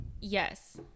Yes